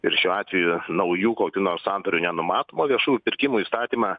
ir šiuo atveju naujų kokių nors sandorių nenumatoma viešųjų pirkimų įstatymą